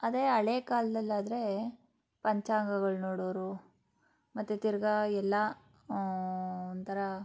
ಅದೇ ಹಳೇ ಕಾಲದಲ್ಲಾದ್ರೆ ಪಂಚಾಂಗಗಳು ನೋಡೋವ್ರು ಮತ್ತು ತಿರ್ಗಿ ಎಲ್ಲ ಒಂಥರ